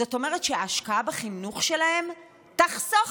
זאת אומרת שההשקעה בחינוך שלהם תחסוך